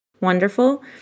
wonderful